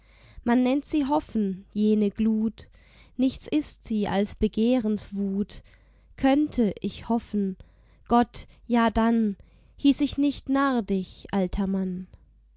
man nennt sie hoffen jene glut nichts ist sie als begehrens wut könnte ich hoffen gott ja dann hieß ich nicht narr dich alter mann